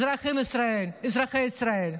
באזרחי ישראל.